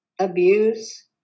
abuse